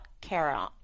Kara